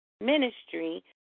Ministry